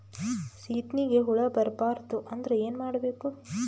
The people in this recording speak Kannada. ಸೀತ್ನಿಗೆ ಹುಳ ಬರ್ಬಾರ್ದು ಅಂದ್ರ ಏನ್ ಮಾಡಬೇಕು?